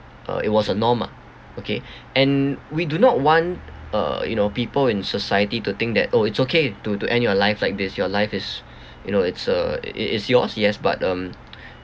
uh it was a norm lah okay and we do not want uh you know people in society to think that oh it's okay to to end your life like this your life is you know it's uh it it's yours yes but um